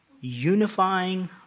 unifying